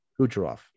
Kucherov